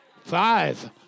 Five